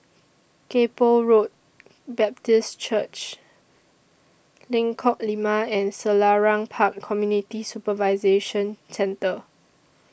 Kay Poh Road Baptist Church Lengkok Lima and Selarang Park Community Supervision Centre